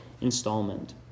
installment